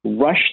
rush